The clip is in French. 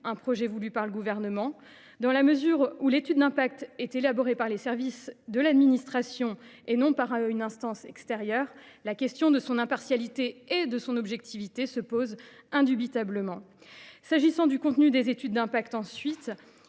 un texte voulu par le Gouvernement. Dans la mesure où l’étude d’impact est élaborée par les services de l’administration et non par une instance extérieure, la question de son impartialité et de son objectivité se pose indubitablement. En ce qui concerne le contenu des études d’impact, ensuite